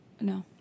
No